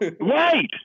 Right